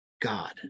God